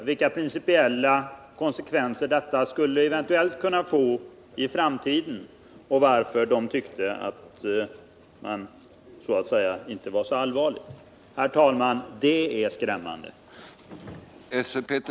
Inte heller berörde de vilka principiella konsekvenser förslaget eventuellt skulle kunna få i framtiden — eller var de anser att dessa konsekvenser inte är så allvarliga. Herr talman! Det är skrämmande,